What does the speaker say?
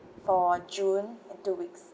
for june and two weeks